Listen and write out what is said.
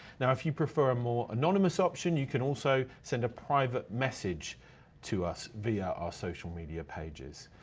now if you prefer a more anonymous option, you can also send a private message to us via our social media pages.